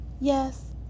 Yes